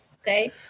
Okay